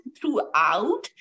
throughout